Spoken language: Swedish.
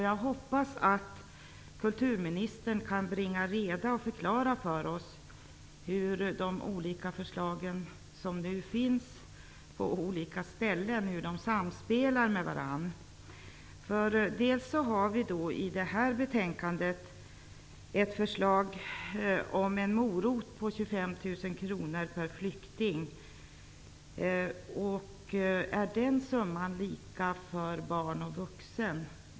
Jag hoppas att kulturministern kan bringa reda i detta och förklara för oss hur de olika förslag som nu finns samspelar med varandra. I detta betänkande finns ett förslag om en morot på 25 000 kr per flykting. Är den summan lika för barn och vuxna?